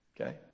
okay